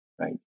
right